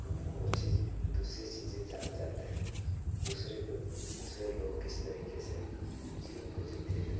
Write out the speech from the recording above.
हम वो चीज दूसरी चीजें जान जाते हैं दूसरे को दूसरे लोग किस तरीके से जीवन को जीते हैं